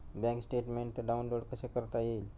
Bank statement download कसे करता येईल?